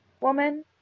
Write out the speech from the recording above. woman